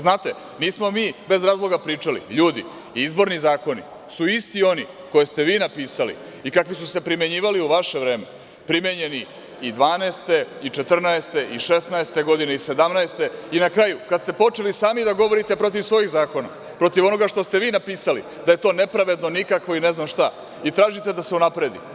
Znate, nismo mi bez razloga pričali - ljudi, izborni zakoni su isti oni koje ste vi napisali i kakvi su se primenjivali u vaše vreme, primenjeni i 2012, 2014, 2016. i 2017. godine, i na kraju kada ste počeli sami da govorite protiv svojih zakona, protiv onoga što ste vi napisali da je to nepravedno, nikakvo i ne znam šta, i tražite da se unapredi.